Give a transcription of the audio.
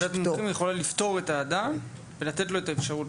ועדת המומחים יכולה לפטור את האדם ולתת לו את האפשרות